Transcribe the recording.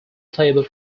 playable